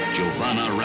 Giovanna